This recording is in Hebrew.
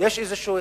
יש איזה הישג.